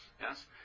Yes